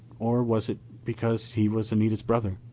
or was it because he was anita's brother?